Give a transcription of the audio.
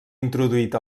introduït